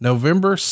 November